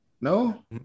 No